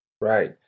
Right